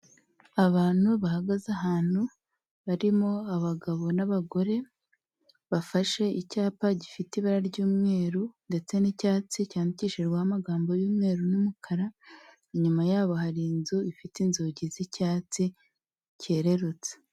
Abantu bahagaze ahantu barimo abagabo n'abagore bafashe icyapa gifite ibara ry'umweru ndetse n'icyatsi cyankishijweho amagambo y'umweru n'umukara, inyuma yabo hari inzu ifite inzugi z'icyatsi cyerererutse.